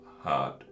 hard